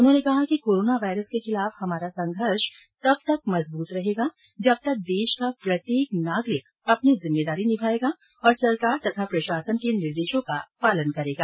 उन्होंने कहा कि कोरोना वायरस के खिलाफ हमारा संघर्ष तब तक मजबूत रहेगा जब तक देश का प्रत्येक नागरिक अपनी जिम्मेदारी निभायेगा और सरकार तथा प्रशासन के निर्देशों का पालन करेगा